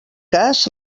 cas